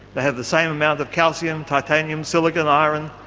they have the same amount of calcium, titanium, silica, and iron,